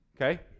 Okay